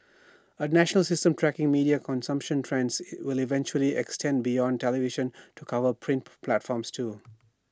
A national system tracking media consumption trends will eventually extend beyond television to cover print platforms too